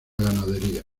ganadería